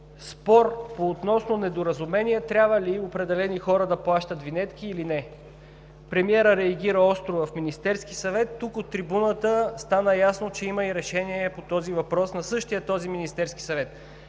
спор относно недоразумение трябва ли определени хора да плащат винетки или не. Премиерът реагира остро в Министерския съвет. Каза се тук от трибуната и стана ясно, че има и решение по този въпрос на същия този Министерски съвет.